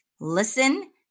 listen